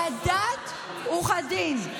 כדת וכדין,